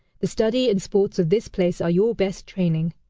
the studies and sports of this place are your best training.